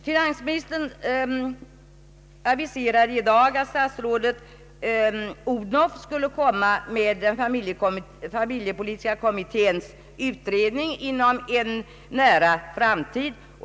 Finansministern aviserade i dag att statsrådet Odhnoff skulle komma med den familjepolitiska kommitténs betänkande inom en nära framtid.